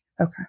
okay